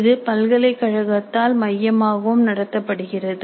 இது பல்கலைக்கழகத்தால் மையமாகவும் நடத்தப்படுகிறது